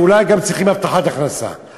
אולי גם צריכות השלמת הכנסה,